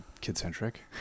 kid-centric